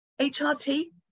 HRT